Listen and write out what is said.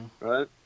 Right